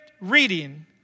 reading